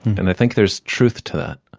and i think there's truth to that.